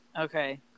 Okay